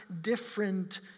different